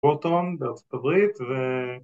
בוטון בארצות הברית